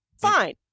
fine